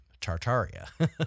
Tartaria